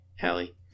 Hallie